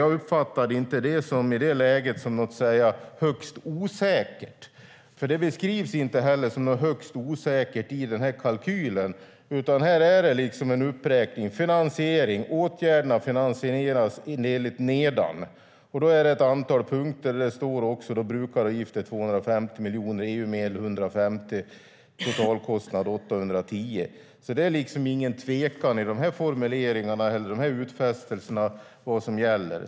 Jag uppfattade inte det, i det läget, som något högst osäkert. Det beskrivs inte heller som något högst osäkert i den här kalkylen. Här är det en uppräkning när det gäller finansiering. Det står att åtgärderna finansieras enligt nedan. Och då är det ett antal punkter. Det står om brukaravgifter på 250 miljoner, EU-medel på 150 miljoner och en totalkostnad om 810 miljoner. Det är ingen tvekan i de här formuleringarna eller de här utfästelserna om vad som gäller.